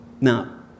Now